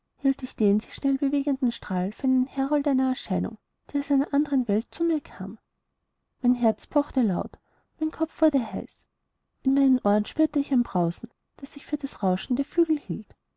hielt ich den sich schnell bewegenden strahl für den herold einer erscheinung die aus einer anderen welt zu mir kam mein herz pochte laut mein kopf wurde heiß in meinen ohren spürte ich ein brausen das ich für das rauschen der flügel hielt